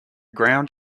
ground